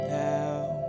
down